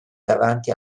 davanti